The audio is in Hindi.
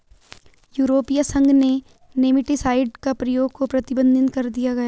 यूरोपीय संघ ने नेमेटीसाइड के प्रयोग को प्रतिबंधित कर दिया है